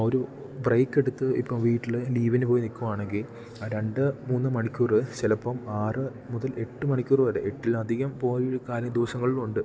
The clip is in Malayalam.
ഒരു ബ്രേക്ക് എടുത്ത് ഇപ്പം വീട്ടിൽ ലീവിന് പോയി നിൽക്കുകയാണെങ്കിൽ ആ രണ്ട് മൂന്ന് മണിക്കൂർ ചിലപ്പം ആറ് മുതൽ എട്ട് മണിക്കൂർ വരെ എട്ടിൽ അധികം പോയ ഒരു കാര്യം ദിവസങ്ങൾ ഉണ്ട്